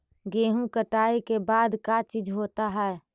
गेहूं कटाई के बाद का चीज होता है?